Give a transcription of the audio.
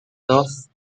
dos